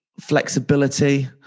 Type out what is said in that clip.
flexibility